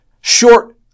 short